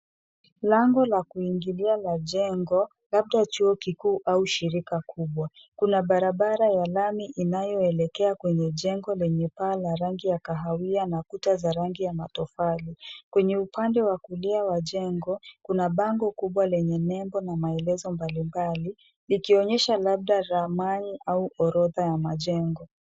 Lango la kuingilia la jengo, labda chuo kikuu au shirika kubwa. Kuna barabara ya lamii inayoelekea kwenye jengo la paa la rangi ya kahawia na kuta za rangi ya matofali. Kwenye upande wa kulia wa jengo, kuna bango kubwa lenye nembo na maelezo mbali mbali likionyesha labda ramani au orodha ya majengo.